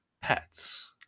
pets